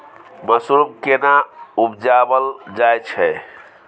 Mushroom केना उबजाबल जाय छै?